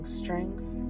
strength